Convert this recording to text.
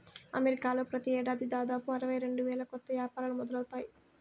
అమెరికాలో ప్రతి ఏడాది దాదాపు అరవై రెండు వేల కొత్త యాపారాలు మొదలవుతాయి